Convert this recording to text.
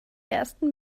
ersten